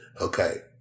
okay